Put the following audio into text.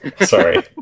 Sorry